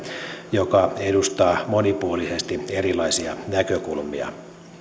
joka edustaa monipuolisesti erilaisia näkökulmia